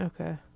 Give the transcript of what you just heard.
okay